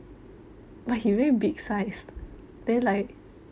but he very big sized then like